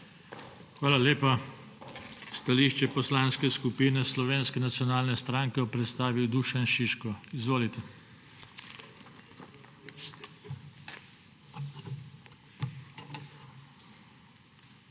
Hvala lepa. Stališče Poslanske skupine Slovenske nacionalne stranke bo predstavil Dušan Šiško. Izvolite. **DUŠAN